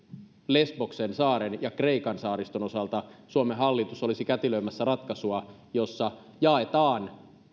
lesboksen saaren ja kreikan saariston osalta suomen hallitus olisi kätilöimässä ratkaisua jossa jaetaan